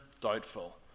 doubtful